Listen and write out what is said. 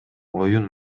оюн